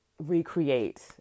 recreate